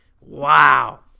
Wow